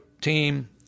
team